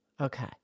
Okay